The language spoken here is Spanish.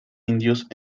indios